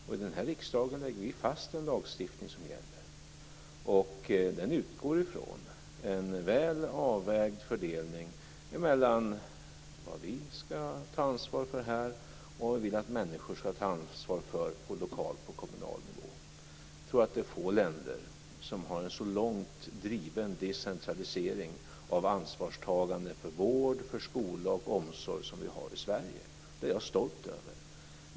I den här riksdagen lägger vi fast den lagstiftning som gäller. Den utgår från en väl avvägd fördelning mellan vad vi ska ta ansvar för här och vad vi vill att människor ska ta ansvar för på kommunal nivå. Jag tror att det är få länder som har en så långt driven decentralisering av ansvarstagande för vård, skola och omsorg som vi har i Sverige. Det är jag stolt över.